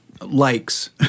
Likes